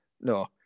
No